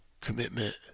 commitment